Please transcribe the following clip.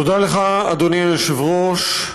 תודה לך, אדוני היושב-ראש.